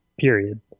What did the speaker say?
period